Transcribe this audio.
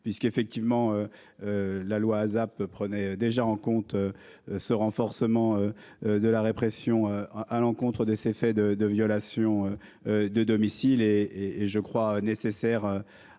puisqu'effectivement. La loi ASAP prenait déjà en compte. Ce renforcement. De la répression à l'encontre des ces faits de de violation. De domicile et et je crois nécessaire. À une cohérence